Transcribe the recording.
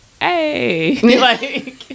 hey